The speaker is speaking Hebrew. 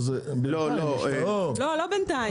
לא בינתיים.